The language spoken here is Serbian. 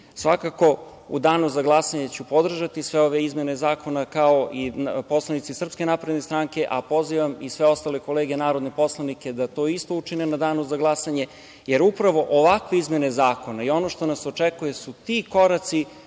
državi. Svakako, u danu za glasanje ću podržati sve ove izmene zakona, kao i poslanici SNS, a pozivam i sve ostale kolege narodne poslanike da to isto učine u danu za glasanje, jer upravo ovakve izmene zakona i ono što nas očekuje su ti koraci